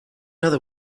other